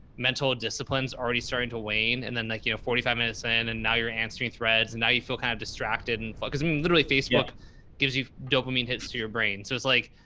mental disciplines already starting to wane. and then like, you know, forty five minutes in, and now you're answering threads and now you feel kind of distracted and focused. i mean, literally facebook gives you dopamine hits to your brain. so it's like,